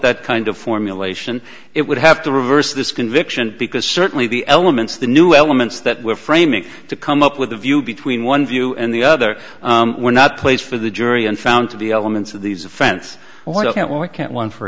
that kind of formulation it would have to reverse this conviction because certainly the elements the new elements that we're framing to come up with a view between one view and the other we're not place for the jury and found to be elements of these o